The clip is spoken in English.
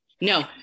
No